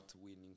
winning